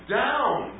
down